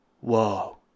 whoa